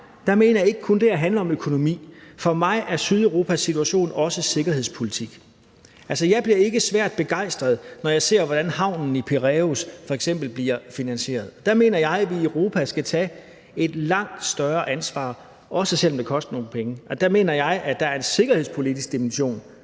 Jeg mener ikke kun, at det her handler om økonomi. For mig er Sydeuropas situation også sikkerhedspolitik. Altså, jeg bliver ikke svært begejstret, når jeg ser, hvordan f.eks. havnen i Piræus bliver finansieret. Der mener jeg, at vi i Europa skal tage et langt større ansvar, også selv om det koster nogle penge. Og der mener jeg, at der er en sikkerhedspolitisk dimension,